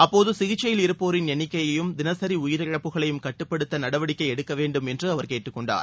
அப்போது சிகிச்சையில் இருப்போரின் எண்ணிக்கையையும் தினசரி உயிரிழப்புகளையும் கட்டுப்படுத்த நடவடிக்கை எடுக்க வேண்டும் என்று அவர் கேட்டுக்கொண்டார்